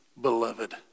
beloved